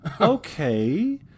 Okay